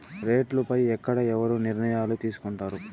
రేట్లు పై ఎక్కడ ఎవరు నిర్ణయాలు తీసుకొంటారు?